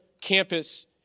campus